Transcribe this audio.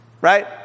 Right